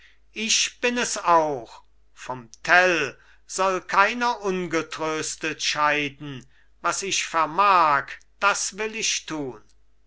ich bin es auch vom tell soll keiner ungetröstet scheiden was ich vermag das will ich tun